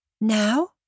Now